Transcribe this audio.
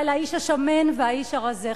על האיש השמן והאיש הרזה.